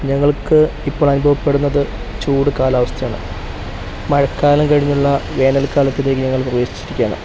ഞങ്ങൾക്ക് ഇപ്പോൾ അനുഭവപ്പെടുന്നത് ചൂട് കാലാവസ്ഥയാണ് മഴക്കാലം കഴിഞ്ഞുള്ള വേനൽ കാലത്തിലേക്ക് ഞങ്ങൾ പ്രവേശിച്ചിരിക്കുകയാണ്